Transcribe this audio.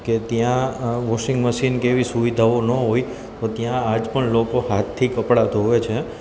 કે ત્યાં washing machine કે એવી સુવિધાઓ ન હોય તો ત્યાં આજ પણ લોકો હાથથી કપડાં ધુએ છે